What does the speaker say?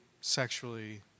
sexually